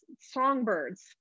songbirds